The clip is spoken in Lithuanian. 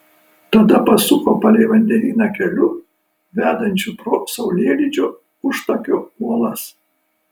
tada pasuko palei vandenyną keliu vedančiu pro saulėlydžio užtakio uolas